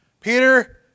Peter